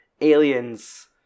Aliens